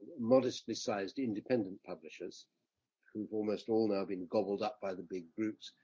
modestly sized independent publishers who've almost all now been gobbled up by the big groups.